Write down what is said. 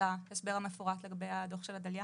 על ההסבר המפורט לגבי הדוח של עדליא.